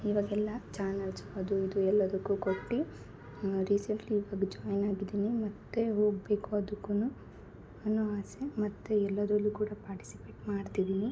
ಇವಗೆಲ್ಲಾ channels ಅದು ಇದು ಎಲ್ಲದಕ್ಕು ಕೊಟ್ಟು ರಿಸೆಂಟ್ಲಿ ಇವಾಗ ಜಾಯಿನ್ ಆಗಿದ್ದೀನಿ ಮತ್ತು ಹೋಗಬೇಕು ಅದುಕ್ಕು ಅನ್ನೋ ಆಸೆ ಮತ್ತು ಎಲ್ಲದ್ರಲ್ಲು ಕೂಡ ಪಾರ್ಟಿಸಿಪೆಟ್ ಮಾಡ್ತಿದ್ದೀನಿ